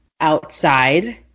outside